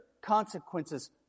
consequences